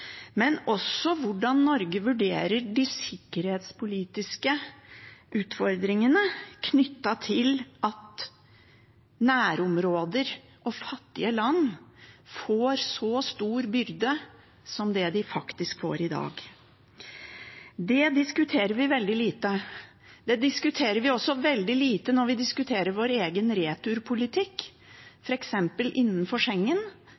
også hvordan Norge vurderer de sikkerhetspolitiske utfordringene knyttet til at nærområder og fattige land får en så stor byrde som de faktisk får i dag. Det diskuterer vi veldig lite. Det diskuterer vi også veldig lite når vi diskuterer vår egen returpolitikk,